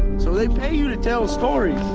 so they pay you to tell stories.